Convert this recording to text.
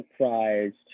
surprised